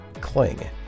cling